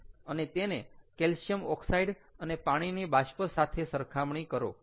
અને તેને calcium oxide અને પાણીની બાષ્પ સાથે સરખામણી કરો